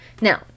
Now